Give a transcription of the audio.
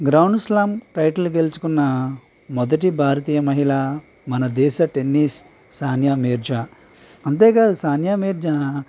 ground slam title గెలుచుకున్న మొదటి భారతీయ మహిళ మన దేశ టెన్నిస్ సానియా మీర్జా అంతేకాదు సానియా మీర్జా